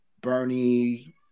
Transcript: Bernie